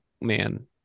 man